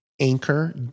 anchor